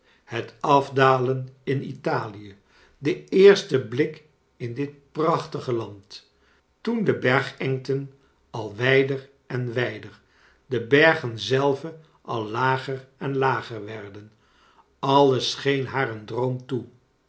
het afdalen in italie de eerste blik in dit prachtige land toen de bergengten al wijder en wijder de bergen zelve al lager en lager werden alles scheen haar een droom toe